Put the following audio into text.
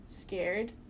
scared